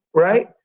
right?